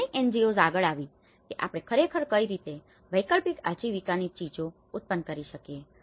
અને ઘણી NGOs આગળ આવી હતી કે આપણે ખરેખર કઈ રીતે વૈકલ્પિક આજીવિકાની ચીજો ઉત્પન્ન કરી શકીએ